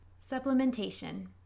Supplementation